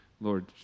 Lord